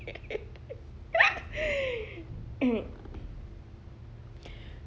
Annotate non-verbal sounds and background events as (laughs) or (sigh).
(laughs) (noise)